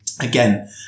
Again